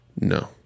no